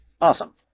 Awesome